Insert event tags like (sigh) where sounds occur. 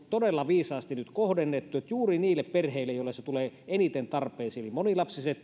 todella viisaasti nyt kohdennettu juuri perheille joille se tulee eniten tarpeeseen eli monilapsisille (unintelligible)